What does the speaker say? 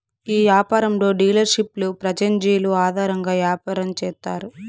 ఈ యాపారంలో డీలర్షిప్లు ప్రాంచేజీలు ఆధారంగా యాపారం చేత్తారు